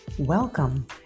Welcome